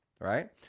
Right